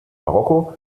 marokko